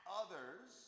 others